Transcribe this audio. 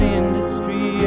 industry